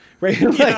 Right